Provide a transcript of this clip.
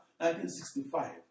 1965